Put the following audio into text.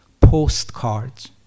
postcards